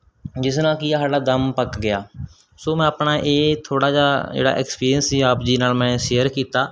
ਜਿਸ ਨਾਲ ਕਿ ਆ ਸਾਡਾ ਦਮ ਪੱਕ ਗਿਆ ਸੋ ਮੈ ਆਪਣਾ ਇਹ ਥੋੜ੍ਹਾ ਜਿਹਾ ਜਿਹੜਾ ਐਕਸਪੀਰੀਅੰਸ ਸੀ ਆਪ ਜੀ ਨਾਲ ਮੈਂ ਸ਼ੇਅਰ ਕੀਤਾ